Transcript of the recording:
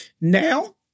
Now